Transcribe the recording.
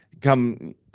come